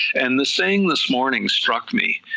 and the saying this morning struck me,